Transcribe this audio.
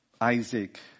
Isaac